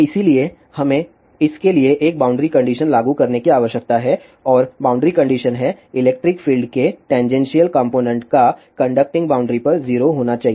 इसलिए हमें इसके लिए एक बॉउंड्री कंडीशन लागू करने की आवश्यकता है और बॉउंड्री कंडीशन हैं इलेक्ट्रिक फील्ड के टैनजेनशिअल कॉम्पोनेन्ट का कंडक्टिंग बॉउंड्री पर 0 होना चाहिए